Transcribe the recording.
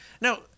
Now